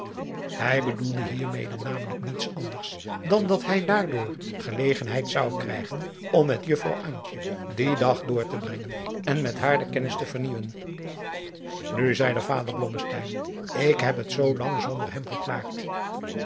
hij bedoelde hiermede namelijk niets anders dan dat hij daardoor gelegenheid zou krijgen om met juffrouw antje dien dag door te brengen en met haar de kernnis te vernieuwen nu zeide vader blommesteyn ik heb het zoo lang zonder hem geklaard